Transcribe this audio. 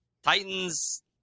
Titans